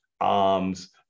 arms